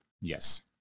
Yes